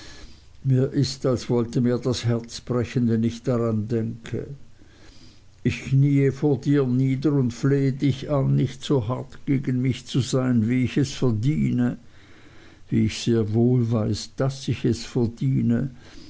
mir ist als wollte mir das herz brechen wenn ich daran denke ich kniee vor dir nieder und flehe dich an nicht so hart gegen mich zu sein wie ich es verdiene wie ich sehr wohl weiß daß ich es verdiene